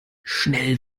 schnell